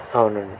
అవునండి